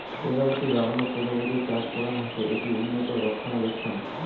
প্রজাপতি বাগান প্রজাপতি চাষ করাং হসে, এটি উন্নত রক্ষণাবেক্ষণ